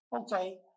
Okay